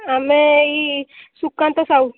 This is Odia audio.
ଆମେ ଏଇ ସୁକାନ୍ତ ସାହୁ